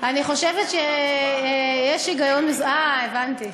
אני חושבת שיש היגיון, אה, הבנתי.